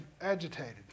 agitated